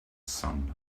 sunlight